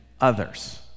others